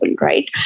Right